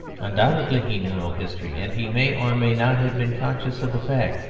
undoubtedly he knew no history and he may or may not have been conscious of the fact.